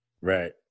Right